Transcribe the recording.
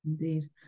Indeed